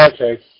Okay